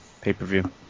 pay-per-view